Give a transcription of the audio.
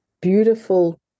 beautiful